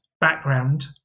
background